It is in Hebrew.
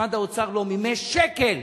משרד האוצר לא מימש שקל